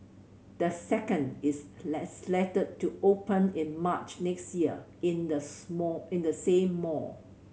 the second is slated to open in March next year in the small same mall